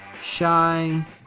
shy